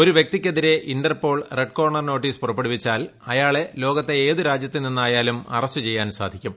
ഒരു വ്യക്തിക്കെതിരെ Interpol red corner notice പുറപ്പെടുവിച്ചാൽ അയാളെ ലോകത്തെ ഏതു രാജ്യത്തുനിന്നായാലും അറസ്റ്റ് ചെയ്യാൻ സാധിക്കും